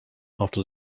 after